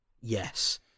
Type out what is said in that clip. yes